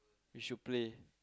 we should play